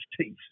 teeth